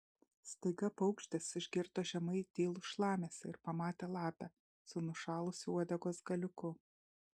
staiga paukštis išgirdo žemai tylų šlamesį ir pamatė lapę su nušalusiu uodegos galiuku